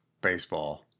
baseball